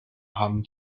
haben